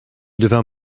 devint